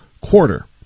quarter